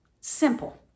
simple